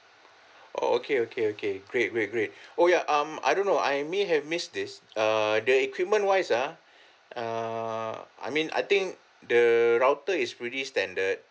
orh okay okay okay great great great oh ya um I don't know I may have missed this err the equipment wise ah ah I mean I think the router is pretty standard